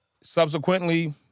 subsequently